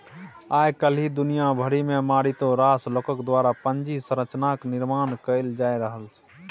आय काल्हि दुनिया भरिमे मारिते रास लोकक द्वारा पूंजी संरचनाक निर्माण कैल जा रहल छै